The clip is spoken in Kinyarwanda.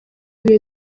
ibihe